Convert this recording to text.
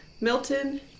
Milton